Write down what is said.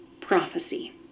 prophecy